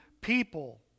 people